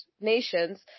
nations